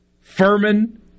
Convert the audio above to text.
Furman